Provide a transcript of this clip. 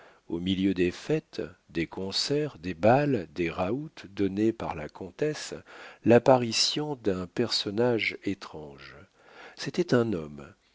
au milieu des fêtes des concerts des bals des raouts donnés par la comtesse l'apparition d'un personnage étrange c'était un homme